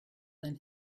than